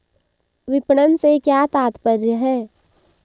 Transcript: विपणन से क्या तात्पर्य है?